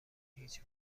هیچ